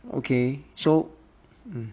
okay so um